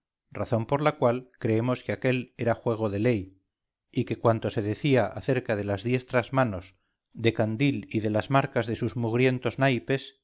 razón por la cual creemos que aquel era juego de ley y que cuanto se decía acerca de las diestras manos de candil y de las marcas de sus mugrientos naipes